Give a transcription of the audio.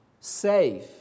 safe